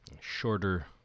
shorter